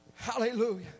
Hallelujah